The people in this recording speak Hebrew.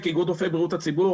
כאיגוד רופאי בריאות הציבור,